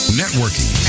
networking